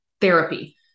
therapy